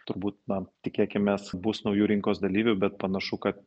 turbūt na tikėkimės bus naujų rinkos dalyvių bet panašu kad